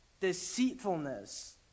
deceitfulness